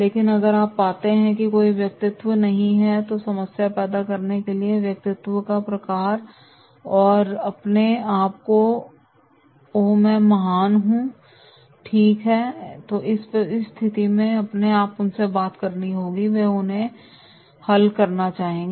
लेकिन अगर आप पाते हैं कि यह कोई व्यक्तित्व नहीं है तो यह समस्या पैदा करने के लिए व्यक्तित्व का प्रकार है और अपने आप को ओह मैं महान हूं ठीक है तो उस स्थिति में आपको उनसे बात करनी होगी और फिर उन्हें हल करना होगा